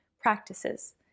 practices